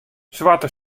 swarte